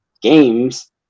games